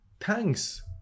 thanks